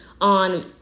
on